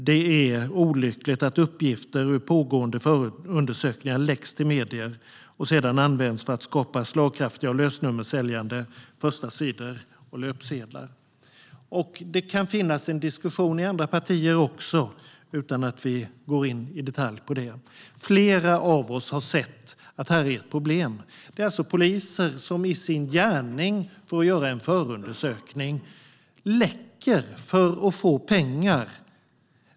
Det är olyckligt att uppgifter ur pågående förundersökningar läcks till medier och sedan används för att skapa slagkraftiga och lösnummersäljande förstasidor och löpsedlar. Det kanske finns en diskussion också i andra partier utan att vi behöver gå in i detalj på det. Flera av oss har sett att här finns ett problem med poliser som läcker från en förundersökning för att få pengar.